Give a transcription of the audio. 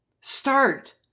Start